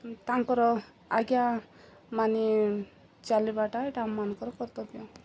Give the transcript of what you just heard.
ତାଙ୍କର ଆଜ୍ଞାମାନେ ଚାଲିବାଟା ଏଇଟା ଆମମାନଙ୍କର କର୍ତ୍ତବ୍ୟ